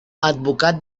advocat